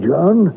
John